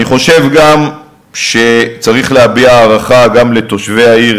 אני חושב שצריך להביע הערכה גם לתושבי העיר